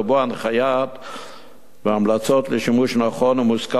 ובו הנחיות והמלצות לשימוש נכון ומושכל